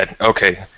Okay